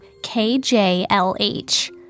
KJLH